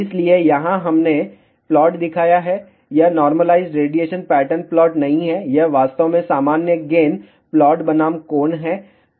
इसलिए यहां हमने प्लॉट दिखाया है यह नॉर्मलाइज्ड रेडिएशन पैटर्न प्लॉट नहीं है यह वास्तव में सामान्य गेन प्लॉट बनाम कोण है